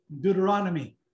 Deuteronomy